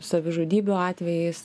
savižudybių atvejais